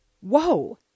whoa